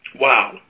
wow